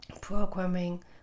Programming